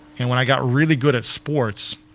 and when i got really good at sports,